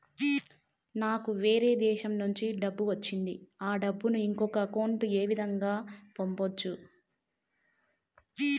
నాకు వేరే దేశము నుంచి డబ్బు వచ్చింది ఆ డబ్బును ఇంకొక అకౌంట్ ఏ విధంగా గ పంపొచ్చా?